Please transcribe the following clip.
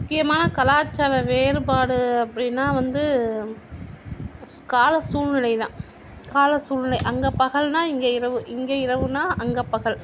முக்கியமான கலாச்சார வேறுபாடு அப்படினா வந்து கால சூழ்நிலைதான் கால சூழ்நிலை அங்கே பகல்னால் இங்கே இரவு இங்கே இரவுனால் அங்கே பகல்